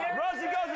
rosie